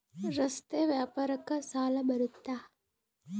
ರಸ್ತೆ ವ್ಯಾಪಾರಕ್ಕ ಸಾಲ ಬರುತ್ತಾ?